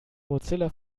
mozilla